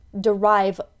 derive